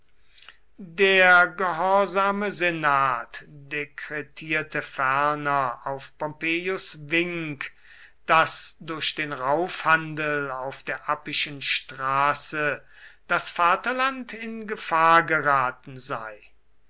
der gehorsame senat dekretierte ferner auf pompeius wink daß durch den raufhandel auf der appischen straße das vaterland in gefahr geraten sei